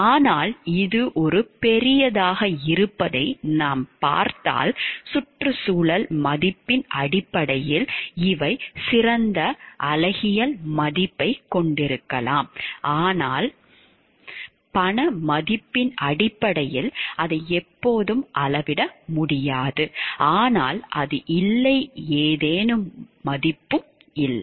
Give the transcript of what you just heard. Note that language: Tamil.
ஆனால் இது ஒரு பெரியதாக இருப்பதை நாம் பார்த்தால் சுற்றுச்சூழல் மதிப்பின் அடிப்படையில் இவை சிறந்த அழகியல் மதிப்பைக் கொண்டிருக்கலாம் ஆனால் பண மதிப்பின் அடிப்படையில் அதை எப்போதும் அளவிட முடியாது ஆனால் அது இல்லை ஏதேனும் மதிப்பும் இல்லை